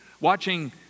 Watching